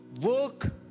work